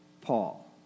Paul